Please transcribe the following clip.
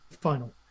final